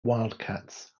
wildcats